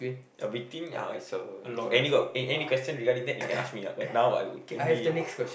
everything uh is uh if any got any any question regarding that you can ask me ah but now I would only